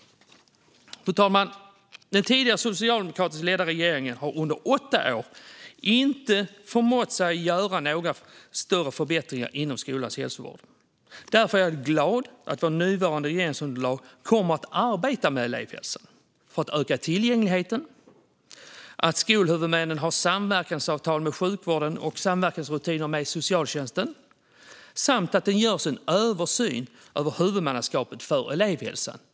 Fru talman! Den tidigare socialdemokratiskt ledda regeringen har under åtta år inte förmått att göra några större förbättringar inom skolans hälsovård. Därför är jag glad att vårt nuvarande regeringsunderlag kommer att arbeta med elevhälsan för att öka tillgängligheten, för att se till att skolhuvudmännen har samverkansavtal med sjukvården och samverkansrutiner med socialtjänsten samt för att se till att det görs en översyn över huvudmannaskapet för elevhälsan.